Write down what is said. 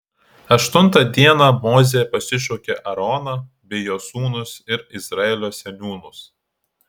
aštuntą dieną mozė pasišaukė aaroną bei jo sūnus ir izraelio seniūnus